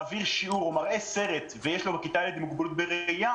אם מורה מעביר שיעור או מראה סרט כשיש לו בכיתה ילד עם מוגבלות בראייה,